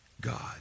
God